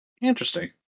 Interesting